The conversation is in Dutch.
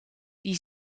die